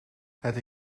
het